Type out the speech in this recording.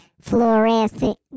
fluorescent